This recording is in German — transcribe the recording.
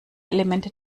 elemente